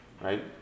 right